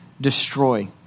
destroy